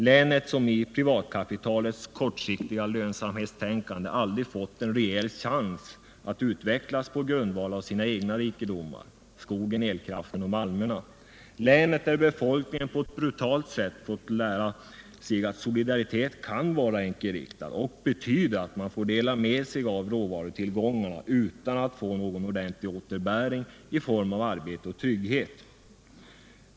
Länet, som i privatkapitalets kortsiktiga lönsamhet aldrig fått en rejäl chans att utvecklas på grundval av sina egna rikedomar: skogen, elkraften och malmerna. Länet, där befolkningen på ett brutalt sätt fått lära sig att solidaritet kan vara enkelriktad och betyda att man får dela med sig av råvarutillgångarna utan att få någon ordentlig återbäring i form av arbete och trygghet.